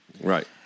Right